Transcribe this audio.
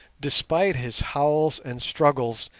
despite his howls and struggles,